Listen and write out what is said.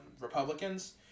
Republicans